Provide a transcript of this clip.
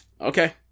Okay